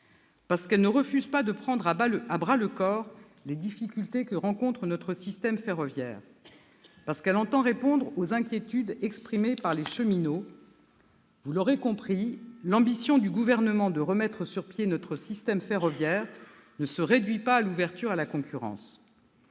parce qu'elle ne refuse pas de prendre à bras-le-corps les difficultés que rencontre notre système ferroviaire, parce qu'elle entend répondre aux inquiétudes exprimées par les cheminots, vous l'aurez compris, l'ambition du Gouvernement de remettre sur pied notre système ferroviaire ne se réduit pas à l'ouverture à la concurrence.